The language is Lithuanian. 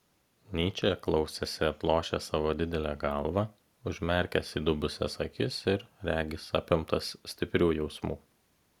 nyčė klausėsi atlošęs savo didelę galvą užmerkęs įdubusias akis ir regis apimtas stiprių jausmų